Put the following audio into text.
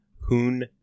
Hoon